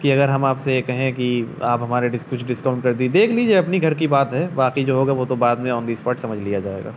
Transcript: کہ اگر ہم آپ سے یہ کہیں کہ آپ ہمارے ڈس کچھ ڈسکاؤنٹ کر دی دیکھ لیجیے اپنی گھر کی بات ہے باقی جو ہوگا وہ تو بعد میں آن دی اسپوٹ سمجھ لیا جائے گا